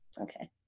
Okay